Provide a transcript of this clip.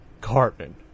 Cartman